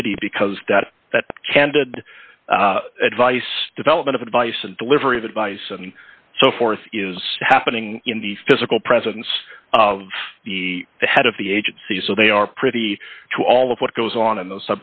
committee because that candid advice development advice and delivery of advice and so forth is happening in the physical presence of the head of the agency so they are pretty to all of what goes on in those